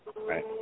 Right